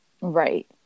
Right